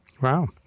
Wow